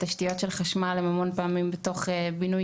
תשתיות של חשמל הן המון פעמים בתוך בינוי